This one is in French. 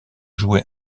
joué